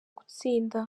gutsinda